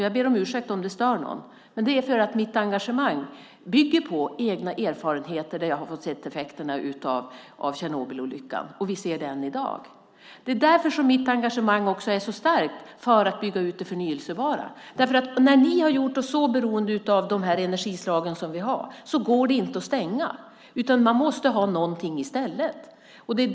Jag ber om ursäkt om det stör någon, men det är för att mitt engagemang bygger på egna erfarenheter där jag sett effekterna av Tjernobylolyckan. Och vi ser dem än i dag. Därför är mitt engagemang starkt för att bygga ut det förnybara. När Socialdemokraterna gjort oss så beroende av de energislag vi nu har går det inte att stänga dem. Vi måste först ha någonting annat i stället.